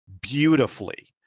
beautifully